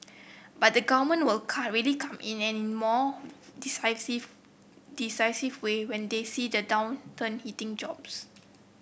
but the Government will really come in in a more decisive decisive way when they see the downturn hitting jobs